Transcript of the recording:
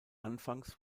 anfangs